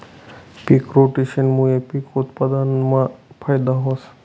पिक रोटेशनमूये पिक उत्पादनमा फायदा व्हस